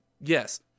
yes